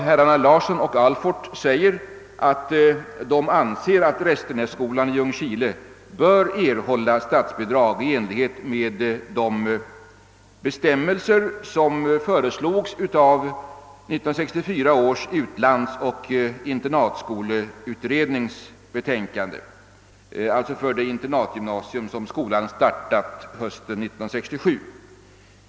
Herrarna Larsson och Alfort säger bl.a.: »Vi anser vidare att Restenässkolan i Ljungskile bör erhålla statsbidrag i enlighet med de av utredningen» — det gäller 1964 års utlandsoch internatskoleutredning — »föreslagna förmånligare bestämmelserna för det in ternatgymnasium som skolan startar hösten 1967.